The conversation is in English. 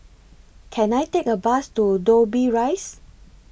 Can I Take A Bus to Dobbie Rise